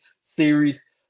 series